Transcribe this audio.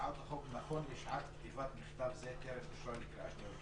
הצעת החוק, נכון לשעת כתיבת מכתב זה, טרם